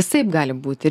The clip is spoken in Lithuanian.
visaip gali būti